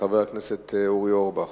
חבר הכנסת אורי אורבך.